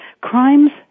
crimes